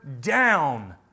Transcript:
down